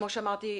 כמו שאמרתי,